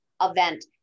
event